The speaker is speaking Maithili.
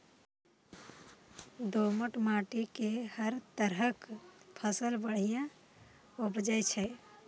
दोमट माटि मे हर तरहक फसल बढ़िया उपजै छै